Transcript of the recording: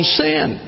sin